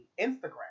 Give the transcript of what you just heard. Instagram